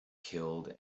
killed